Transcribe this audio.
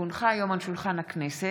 כי הונחה היום על שולחן הכנסת,